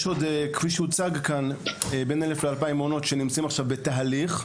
כפי שהוצג כאן יש בין אלף לאלפיים מעונות שנמצאים עכשיו בתהליך.